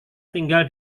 tinggal